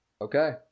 Okay